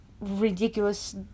ridiculous